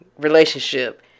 relationship